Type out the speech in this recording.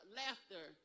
laughter